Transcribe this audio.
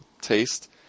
Taste